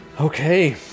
Okay